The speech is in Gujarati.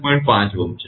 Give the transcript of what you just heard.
5 Ω છે